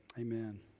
Amen